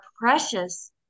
precious